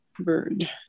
bird